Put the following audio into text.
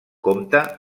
compta